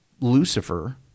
Lucifer